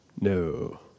No